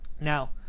Now